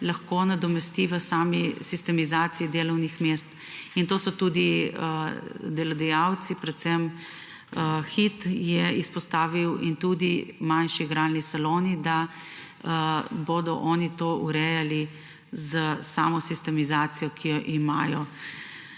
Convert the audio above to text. lahko nadomesti v sami sistemizaciji delovnih mest. In to so tudi delodajalci izpostavili, predvsem Hit in tudi manjši igralni saloni, da bodo oni to urejali s samo sistemizacijo, ki jo imajo.